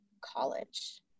college